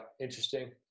interesting